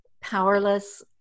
powerless